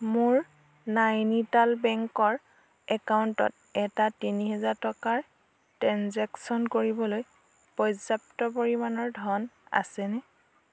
মোৰ নাইনিতাল বেংকৰ একাউণ্টত এটা তিনি হাজাৰ টকাৰ ট্ৰেঞ্জেকচন কৰিবলৈ পৰ্যাপ্ত পৰিমাণৰ ধন আছেনে